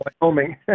Wyoming